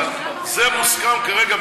אבל זה מוסכם כרגע,